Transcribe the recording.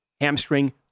hamstring